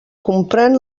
comprén